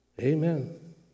Amen